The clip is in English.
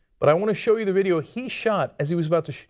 but i want to show you the video he shot as he was about to